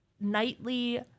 nightly